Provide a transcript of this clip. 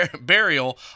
burial